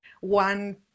one